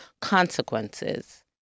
consequences